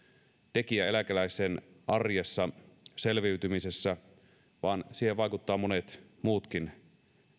tekijä eläkeläisen arjessa selviytymisessä vaan siihen vaikuttavat monet muutkin